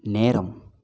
நேரம்